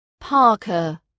Parker